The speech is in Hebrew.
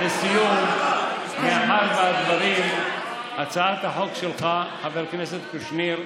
לסיום, הצעת החוק שלך, חבר הכנסת קושניר,